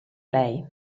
lei